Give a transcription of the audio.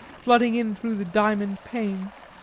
flooding in through the diamond panes,